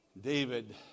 David